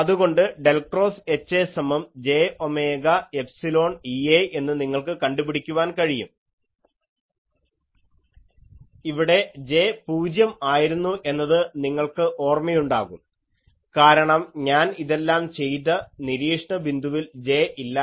അതുകൊണ്ട് del cross HAസമം j omega epsilon EA എന്ന് നിങ്ങൾക്ക് കണ്ടുപിടിക്കാൻ കഴിയും ഇവിടെ J പൂജ്യം ആയിരുന്നു എന്നത് നിങ്ങൾക്ക് ഓർമ്മയുണ്ടാവും കാരണം ഞാൻ ഇതെല്ലാം ചെയ്ത നിരീക്ഷണ ബിന്ദുവിൽ J ഇല്ലായിരുന്നു